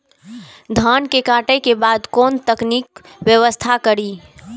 धान के काटे के बाद कोन तकनीकी व्यवस्था करी?